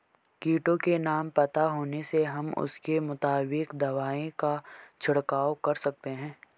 कीटों के नाम पता होने से हम उसके मुताबिक दवाई का छिड़काव कर सकते हैं